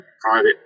private